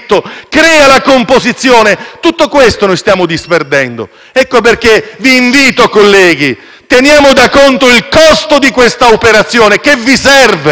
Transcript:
tenere da conto il costo di quest'operazione, che vi serve, ma distrugge.